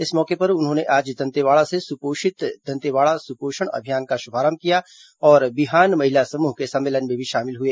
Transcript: इस मौके पर उन्होंने आज दंतेवाड़ा से सुपोषित दंतेवाड़ा सुपोषण अभियान का शुभारंभ किया और बिहान महिला समूह के सम्मेलन में भी शाामिल हुए